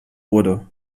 wurde